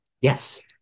yes